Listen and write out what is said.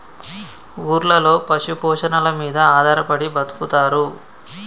ఊర్లలో పశు పోషణల మీద ఆధారపడి బతుకుతారు